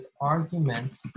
arguments